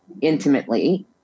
intimately